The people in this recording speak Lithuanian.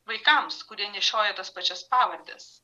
vaikams kurie nešioja tas pačias pavardes